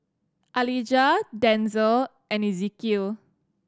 Alijah Denzel and Ezequiel